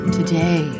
Today